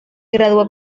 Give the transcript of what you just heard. graduó